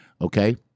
Okay